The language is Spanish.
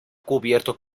cubierto